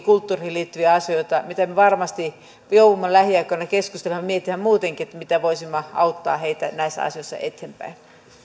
kulttuuriin liittyviä asioita mistä me varmasti joudumme lähiaikoina keskustelemaan ja miettimään muutenkin miten voisimme auttaa heitä näissä asioissa eteenpäin